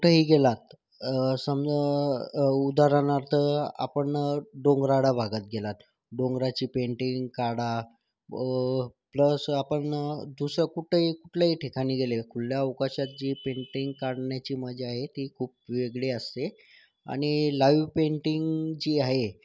कुठेही गेलात समजा उदाहरणार्थ आपण डोंगराळ भागात गेलात डोंगराची पेन्टिंग काढा प्लस आपण दुसरं कुठेही कुठल्याही ठिकाणी गेले खुल्या अवकाशात जी पेन्टिंग काढण्याची मजा आहे ती खूप वेगळी असते आणि लाइव पेन्टिंग जी आहे